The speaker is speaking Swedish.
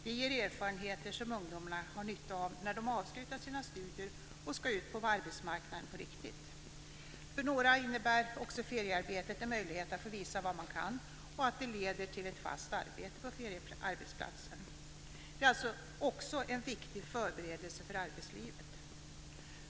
Det ger erfarenheter som ungdomarna har nytta av när de har avslutat sina studier och ska ut på arbetsmarknaden på riktigt. För några innebär också feriearbetet en möjlighet att få visa vad man kan, och det leder till ett fast arbete på feriearbetsplatsen. Det är alltså också en viktig förberedelse för arbetslivet.